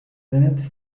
innit